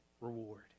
reward